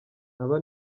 aba